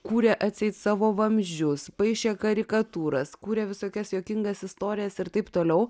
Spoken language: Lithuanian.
kūrė atseit savo vamzdžius paišė karikatūras kūrė visokias juokingas istorijas ir taip toliau